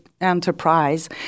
enterprise